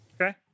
Okay